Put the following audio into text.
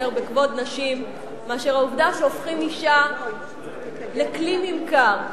בכבוד נשים מאשר העובדה שהופכים אשה לכלי ממכר,